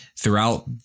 throughout